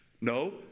No